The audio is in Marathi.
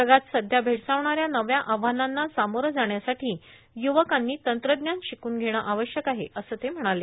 जगात सध्या भेडसावणाऱ्या नव्या आव्हानांना सामोरं जाण्यासाठी य्वकांनी तंत्रज्ञान शिकून घेणं आवश्यक आहे असं ते म्हणाले